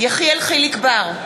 יחיאל חיליק בר,